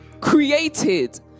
Created